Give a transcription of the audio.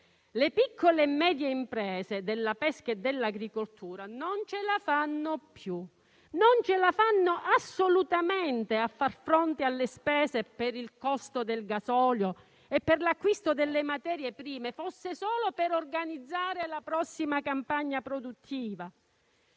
Le piccole e medie imprese della pesca e dell'agricoltura non ce la fanno più; non ce la fanno assolutamente a far fronte alle spese per il costo del gasolio e per l'acquisto delle materie prime, fosse anche solo per organizzare la prossima campagna produttiva.